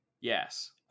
yes